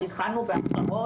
התחלו בהכשרות